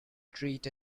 treat